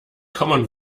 commen